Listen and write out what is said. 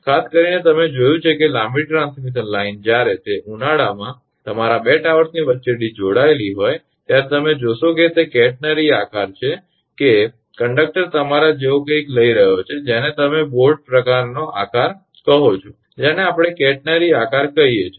ખાસ કરીને તમે જોયું છે કે લાંબી ટ્રાન્સમિશન લાઇન જ્યારે તે ઉનાળામાં તમારા 2 ટાવર્સની વચ્ચે જોડાયેલી હોય ત્યારે તમે જોશો કે તે કેટરનરી આકાર છે કે કંડક્ટર તમારા જેવો કંઇક લઈ રહ્યો છે જેને તમે બોટના પ્રકારનો આકાર કહો છો જેને આપણે કેટરનરી આકાર કહીએ છીએ